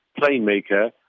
playmaker